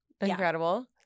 Incredible